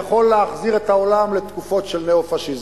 מאידך יכולים להחזיר את העולם לתקופות של ניאו-פאשיזם.